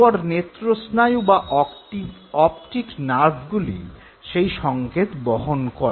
এরপর নেত্রস্নায়ু বা অপটিক নার্ভগুলি সেই সঙ্কেত বহন করে